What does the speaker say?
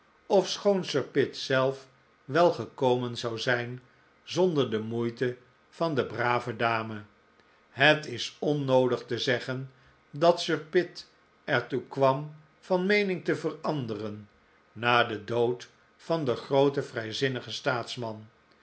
ofschoon sir pitt zetf wel gekomen zou zijn zonder de moeite van de brave dame het is onnoodig te zeggen dat sir pitt er toe kwam van meening te veranderen na den dood van den grooten vrijzinnigen